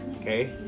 okay